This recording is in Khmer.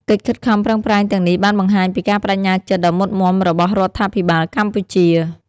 កិច្ចខិតខំប្រឹងប្រែងទាំងនេះបានបង្ហាញពីការប្តេជ្ញាចិត្តដ៏មុតមាំរបស់រដ្ឋាភិបាលកម្ពុជា។